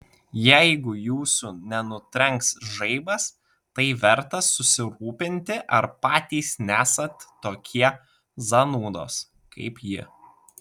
jeigu jūsų nenutrenks žaibas tai verta susirūpinti ar patys nesat tokie zanūdos kaip ji